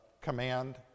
command